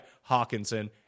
Hawkinson